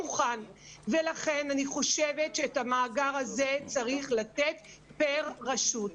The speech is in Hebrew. לכן אני חושבת שאת המאגר הזה צריך לתת פר רשות.